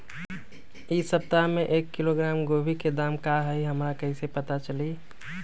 इ सप्ताह में एक किलोग्राम गोभी के दाम का हई हमरा कईसे पता चली?